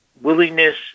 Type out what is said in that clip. willingness